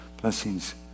Blessings